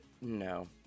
No